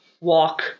walk